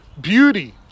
beauty